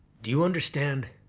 do you understand?